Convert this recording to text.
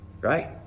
Right